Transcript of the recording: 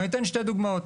ואתן שתי דוגמאות.